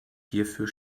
hierfür